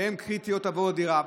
שהן קריטיות עבור הדירה.